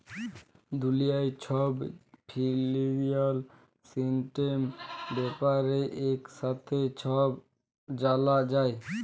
দুলিয়ার ছব financial system ব্যাপারে একসাথে ছব জালা যায়